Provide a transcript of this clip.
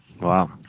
Wow